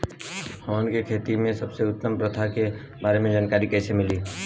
हमन के खेती में सबसे उत्तम प्रथा के बारे में जानकारी कैसे मिली?